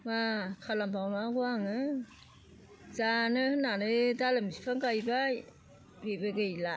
मा खालामबावनांगौ आंङो जानो होन्नानै डालिम बिफां गायबाय बेबो गैला